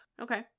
Okay